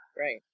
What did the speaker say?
Right